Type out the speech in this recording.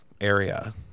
area